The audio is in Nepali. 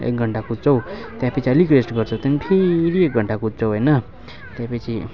एक घन्टा कुद्छौँ त्यहाँपछि अलिक रेस्ट गर्छौँ त्यहाँदेखि फेरि एक घन्टा कुद्छौँ होइन त्यहाँपछि